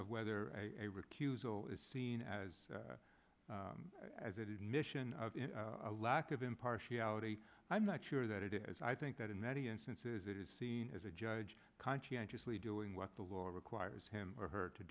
of whether a recusal is seen as a mission of a lack of impartiality i'm not sure that it is i think that in many instances it is seen as a judge conscientiously doing what the law requires him or her to